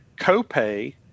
copay